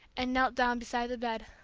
and knelt down beside the bed.